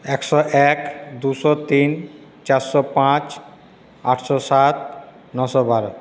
একশো এক দুশো তিন চারশো পাঁচ আটশো সাত নশো বারো